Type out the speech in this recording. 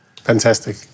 Fantastic